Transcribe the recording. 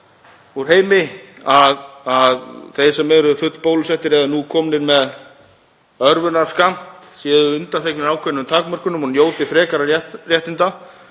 úr heimi að þeir sem eru fullbólusettir eða eru nú komnir með örvunarskammt, séu undanþegnir ákveðnum takmörkunum og njóti frekari réttinda.